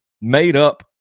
made-up